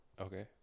okay